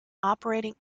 operating